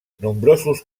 nombrosos